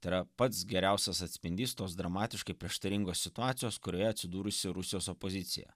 tai yra pats geriausias atspindys tos dramatiškai prieštaringos situacijos kurioje atsidūrusi rusijos opozicija